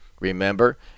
remember